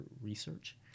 research